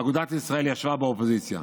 אגודת ישראל ישבה באופוזיציה.